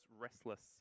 restless